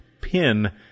pin